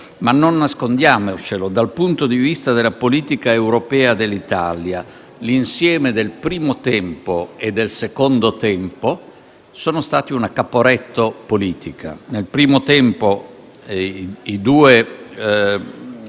Ma non nascondiamoci che dal punto di vista della politica europea dell'Italia, l'insieme del primo e del secondo tempo sono stati una Caporetto politica: nel primo tempo i due